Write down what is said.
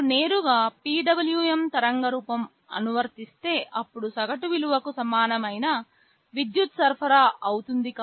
మీరు నేరుగా PWM తరంగ రూపం అనువర్తిస్తే అప్పుడు సగటు విలువ కు సమానమైన విద్యుత్ సరఫరా అవుతుంది